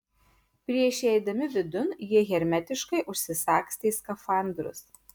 prieš įeidami vidun jie hermetiškai užsisagstė skafandrus